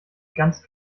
ganz